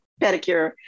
pedicure